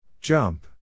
Jump